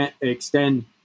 extend